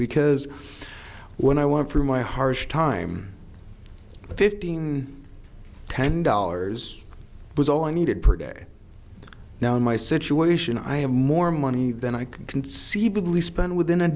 because when i want for my harsh time fifteen ten dollars was all i needed per day now in my situation i have more money than i could conceivably spend within a